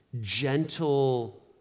gentle